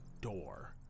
door